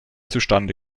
zustande